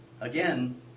Again